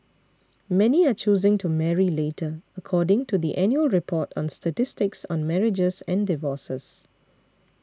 many are choosing to marry later according to the annual report on statistics on marriages and divorces